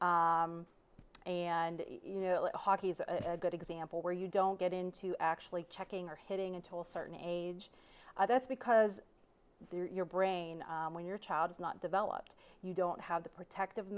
know hockey is a good example where you don't get into actually checking or hitting until certain age that's because they're your brain when your child is not developed you don't have the protective